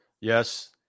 Yes